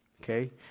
Okay